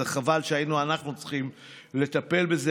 וזה חבל שהיינו אנחנו צריכים לטפל בזה,